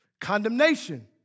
Condemnation